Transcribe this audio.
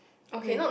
okay